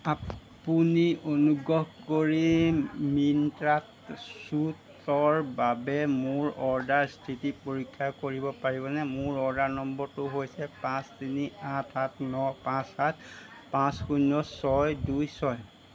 আপুনি অনুগহ কৰি মিন্ত্ৰাত ছুটৰ বাবে মোৰ অৰ্ডাৰ স্থিতি পৰীক্ষা কৰিব পাৰিবনে মোৰ অৰ্ডাৰ নম্বৰটো হৈছে পাঁচ তিনি আঠ সাত ন পাঁচ সাত পাঁচ শূন্য় ছয় দুই ছয়